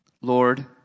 Lord